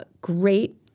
great